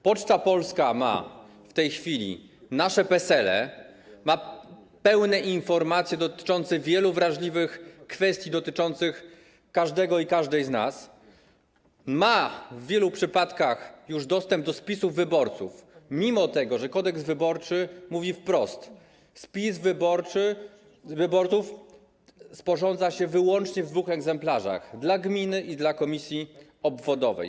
Poczta Polska ma w tej chwili nasze PESEL-e, ma pełne informacje dotyczące wielu wrażliwych kwestii dotyczących każdego i każdej z nas, ma w wielu przypadkach już dostęp do spisu wyborców, mimo że Kodeks wyborczy mówi wprost: spis wyborców sporządza się wyłącznie w dwóch egzemplarzach - dla gminy i dla komisji obwodowej.